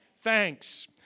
Thanks